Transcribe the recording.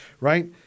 right